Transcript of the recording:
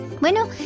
Bueno